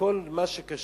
בכל מה שקשור